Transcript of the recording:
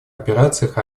операциях